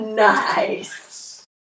Nice